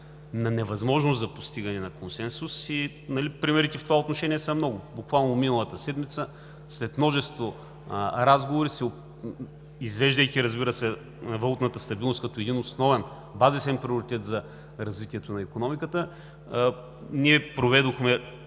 на невъзможност за постигане на консенсус и примерите в това отношение са много. Буквално миналата седмица, след множество разговори, извеждайки, разбира се, валутната стабилност като основен, базисен приоритет за развитието на икономиката ¬– признавам,